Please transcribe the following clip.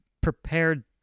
prepared